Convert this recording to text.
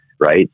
Right